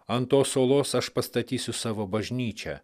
ant tos uolos aš pastatysiu savo bažnyčią